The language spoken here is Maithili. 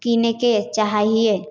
किनैके चाहै हिए